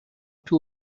peu